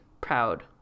proud